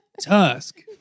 Tusk